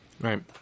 right